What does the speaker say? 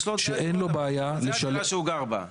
יש לו עוד 100 דירות, אבל זו הדירה שהוא גר בה.